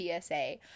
PSA